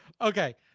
Okay